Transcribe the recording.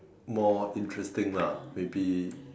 more interesting lah maybe